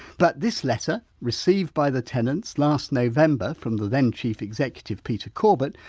but this letter, received by the tenants last november, from the then chief executive peter corbett,